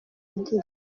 igihe